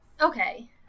Okay